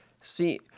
see